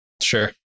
sure